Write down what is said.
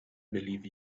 believe